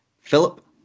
Philip